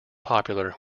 popular